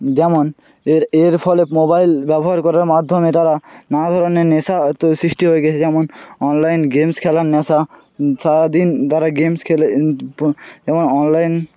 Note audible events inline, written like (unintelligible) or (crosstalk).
যেমন এর এর ফলে মোবাইল ব্যবহার করার মাধ্যমে তারা নানা ধরনের নেশা তো সৃষ্টি হয়ে গিয়েছে যেমন অনলাইন গেমস খেলার নেশা সারা দিন তারা গেমস খেলে (unintelligible) এবং অনলাইন